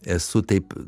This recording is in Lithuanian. esu taip